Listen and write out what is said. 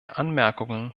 anmerkungen